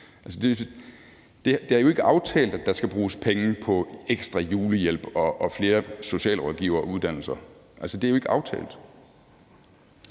Det er jo ikke aftalt, at der skal bruges penge på ekstra julehjælp og flere socialrådgiveruddannelser; det er jo ikke aftalt.